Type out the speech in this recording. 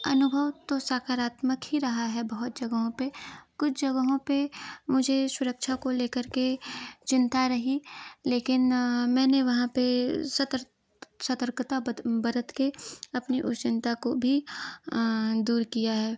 अनुभव तो सकारात्मक ही रहा है बहुत जगहों पर कुछ जगहों पर मुझे सुरक्षा को ले करके चिंता रही लेकिन मैंने वहाँ पर सतर्त सतर्कता बत बरत के अपनी उस चिंता को भी दूर किया है